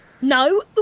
No